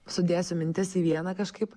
sudėsiu mintis į vieną kažkaip